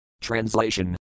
Translation